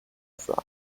for